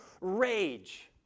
Rage